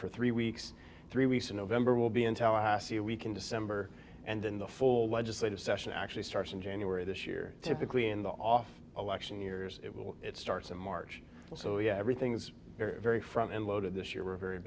for three weeks three weeks in november will be in tallahassee a week in december and then the full legislative session actually starts in january this year typically in the off election years it will it starts in march so yeah everything's very front end loaded this year we're very